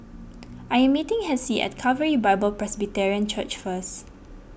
I am meeting Hessie at Calvary Bible Presbyterian Church first